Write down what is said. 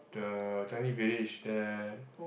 the Changi Village there